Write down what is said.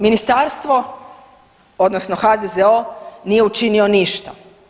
Ministarstvo odnosno HZZO nije učinio ništa.